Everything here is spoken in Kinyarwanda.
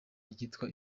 ryitwa